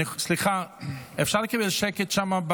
סליחה, אפשר לקבל שקט שם?